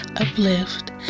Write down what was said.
uplift